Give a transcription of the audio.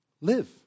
Live